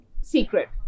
Secret